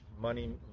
money